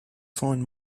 find